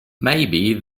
maybe